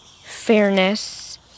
fairness